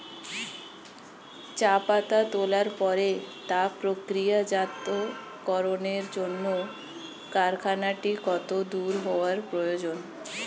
চা পাতা তোলার পরে তা প্রক্রিয়াজাতকরণের জন্য কারখানাটি কত দূর হওয়ার প্রয়োজন?